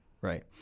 right